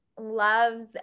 loves